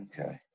Okay